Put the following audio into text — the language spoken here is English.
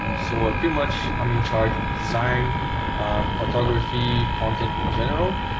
so pretty much i'm in charge of design photography content in general